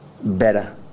better